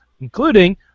including